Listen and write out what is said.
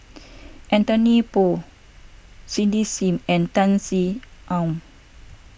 Anthony Poon Cindy Sim and Tan Sin Aun